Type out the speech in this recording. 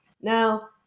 Now